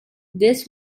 this